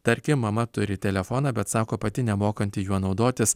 tarkim mama turi telefoną bet sako pati nemokanti juo naudotis